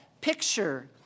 picture